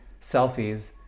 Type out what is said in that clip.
selfies